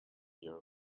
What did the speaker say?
your